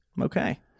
okay